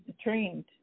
trained